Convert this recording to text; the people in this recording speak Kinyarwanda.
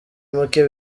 muke